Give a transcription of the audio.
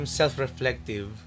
self-reflective